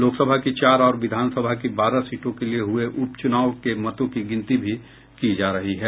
लोकसभा की चार और विधानसभा की बारह सीटों के लिये हुये उपचुनाव के मतों की गिनती भी की जा रही है